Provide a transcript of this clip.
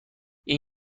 این